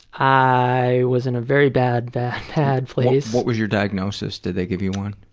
i was in a very bad bad bad place. what was your diagnosis? did they give you one?